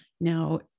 Now